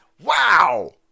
Wow